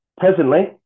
Presently